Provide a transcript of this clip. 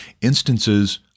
instances